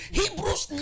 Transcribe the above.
hebrews